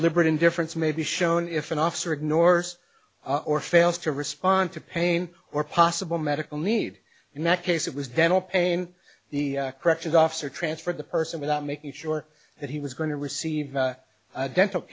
deliberate indifference may be shown if an officer ignores or fails to respond to pain or possible medical need in that case it was dental pain the corrections officer transferred the person without making sure that he was going to receive dental